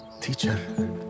teacher